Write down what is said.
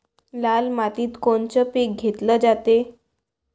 लाल मातीत कोनचं पीक घेतलं जाते?